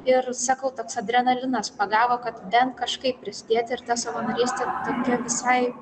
ir sakau toks adrenalinas pagavo kad bent kažkaip prisidėti ir ta savanorystė tokia visai